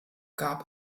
gab